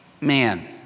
man